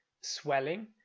swelling